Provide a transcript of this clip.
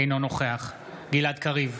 אינו נוכח גלעד קריב,